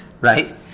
right